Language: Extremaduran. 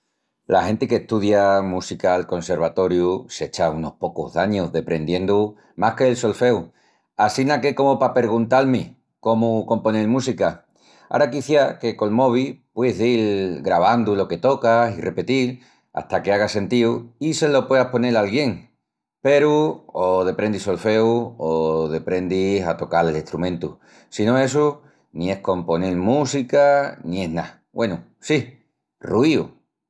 La genti que estudia música al conservatoriu s'echa unus pocus d'añus deprendiendu más que'l solfeu assina que comu pa perguntal-mi comu componel música… Ara quiciás que col mobi pueis dil gravandu lo que tocas i repetil hata que haga sentíu i se lo pueas ponel a alguíén. Peru, o deprendis solfeu o deprendis a tocal el estrumentu, si no essu ni es componel música ni es ná, güenu, sí, ruiu.